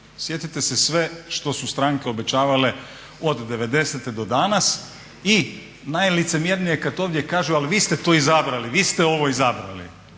Sjetite se sve što su stranke obećavale od '90.-te do danas. I najlicemjernije kada ovdje kažu ali vi ste to izabrali, vi ste ovo izabrali